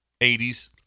80s